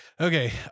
Okay